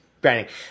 branding